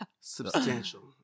Substantial